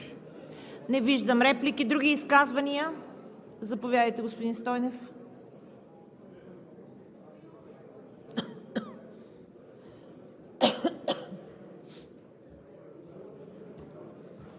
Не виждам. Други изказвания? Заповядайте, господин Стойнев.